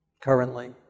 Currently